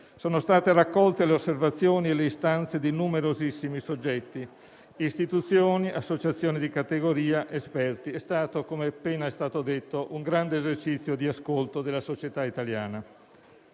Sono state raccolte le osservazioni e le istanze di numerosissimi soggetti (istituzioni, associazioni di categoria, esperti); come è stato appena detto, si è trattato di un grande esercizio di ascolto della società italiana.